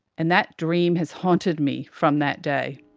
and that dream has haunted me from that day.